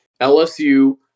LSU